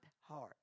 heart